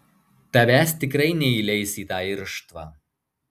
tavęs tikrai neįleis į tą irštvą